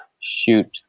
shoot